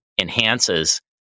enhances